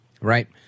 Right